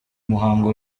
muhango